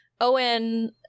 Owen